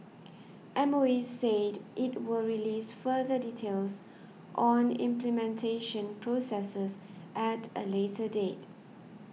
M O E said it will release further details on implementation processes at a later date